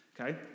Okay